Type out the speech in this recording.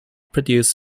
produce